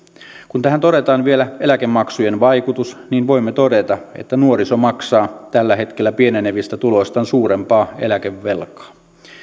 kun tähän todetaan vielä eläkemaksujen vaikutus niin voimme todeta että nuoriso maksaa tällä hetkellä pienenevistä tuloistaan suurempaa eläkevelkaa